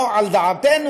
לא על דעתנו.